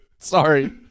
Sorry